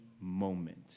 moment